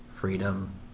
freedom